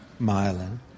myelin